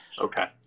Okay